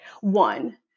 one